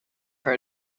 for